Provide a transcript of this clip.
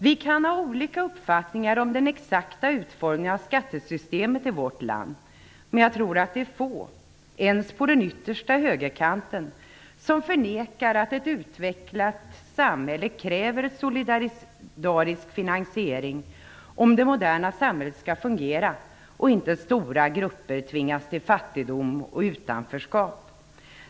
Vi kan ha olika uppfattningar om den exakta utformningen av skattesystemet i vårt land, men jag tror att det är få - även på den yttersta högerkanten - som förnekar att ett utvecklat samhälle kräver solidarisk finansiering om det moderna samhället skall fungera och inte stora grupper tvingas till fattigdom och utanförskap.